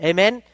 Amen